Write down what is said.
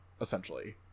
essentially